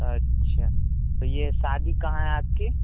اچھا تو یہ شادی کہاں ہے آپ کی